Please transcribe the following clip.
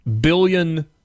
billion